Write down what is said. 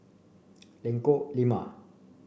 Lengkong Lima